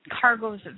cargoes